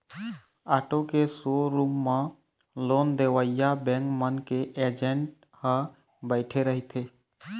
auto के showroom म loan देवइया बेंक मन के एजेंट ह बइठे रहिथे